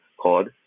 called